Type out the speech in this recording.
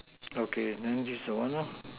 okay then this is the one lah